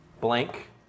Blank